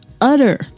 utter